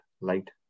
light